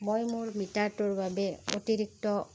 মই মোৰ মিটাৰটোৰ বাবে অতিৰিক্ত